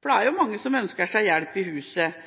Det er mange som ønsker seg hjelp i huset.